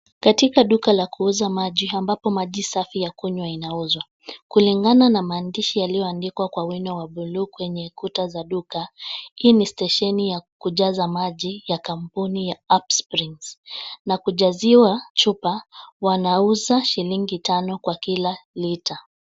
Katika duka la kuuza maji ambapo maji safi ya kunywa inauzwa. Kulingana na maansidisi yaliyoandikwa kwa wino ya bluu kwenye kuta za duka , hii ni stesheni ya kuuza maji ya kampuni ya(cs)upsprings(cs) na kujaziwa chupa wanauza shilingi tano kwa kila lita.